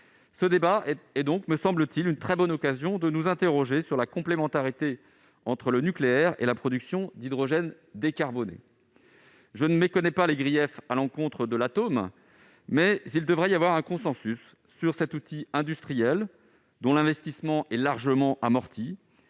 Ce débat est donc, me semble-t-il, une très bonne occasion de nous interroger sur la complémentarité entre le nucléaire et la production d'hydrogène décarboné. Je ne méconnais pas les griefs à l'encontre de l'atome, mais il devrait y avoir un consensus sur cet outil industriel, dont l'investissement est largement amorti.